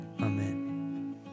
Amen